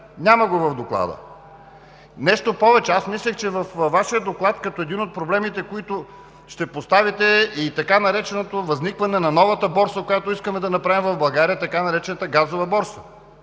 Няма го в Доклада! Нещо повече, аз мислех, че във Вашия доклад като един от проблемите, който ще поставите и така нареченото възникване на новата борса, която искаме да направим в България, е така наречената Газова борса